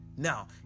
Now